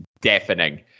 deafening